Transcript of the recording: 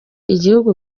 igihugu